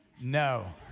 No